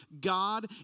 God